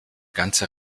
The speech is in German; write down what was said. ganze